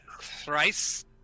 thrice